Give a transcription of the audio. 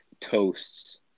toasts